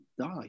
die